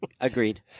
Agreed